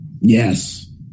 Yes